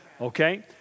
okay